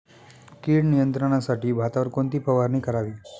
कीड नियंत्रणासाठी भातावर कोणती फवारणी करावी?